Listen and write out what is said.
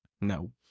No